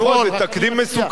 זה תקדים מסוכן,